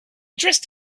dressed